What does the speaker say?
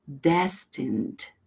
destined